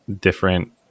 different